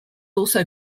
also